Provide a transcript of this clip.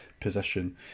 position